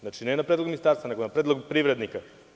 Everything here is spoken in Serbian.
Znači, ne na predlog Ministarstva, nego na predlog privrednika.